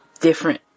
different